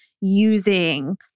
using